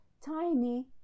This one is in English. tiny